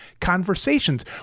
conversations